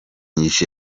umeze